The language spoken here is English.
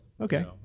Okay